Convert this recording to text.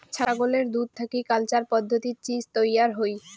ছাগলের দুধ থাকি কালচার পদ্ধতিত চীজ তৈয়ার হই